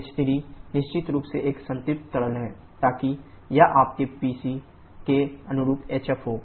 h3 निश्चित रूप से एक संतृप्त तरल है ताकि यह आपके PC के अनुरूप hf हो